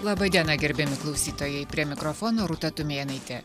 laba diena gerbiami klausytojai prie mikrofono rūta tumėnaitė